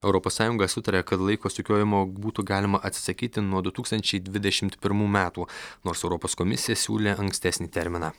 europos sąjunga sutaria kad laiko sukiojimo būtų galima atsisakyti nuo du tūkstančiai dvidešimt pirmų metų nors europos komisija siūlė ankstesnį terminą